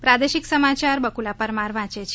પ્રાદેશિક સમાચાર બકુલા પરમાર વાંચે છે